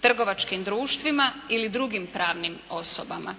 trgovačkim društvima ili drugim pravnim osobama.